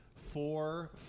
four